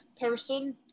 person